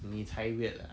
你才 weird lah